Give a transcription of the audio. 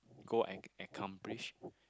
go and accomplish